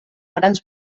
grans